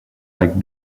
like